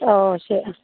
ഓ ശരി ആ